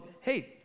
hey